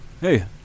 hey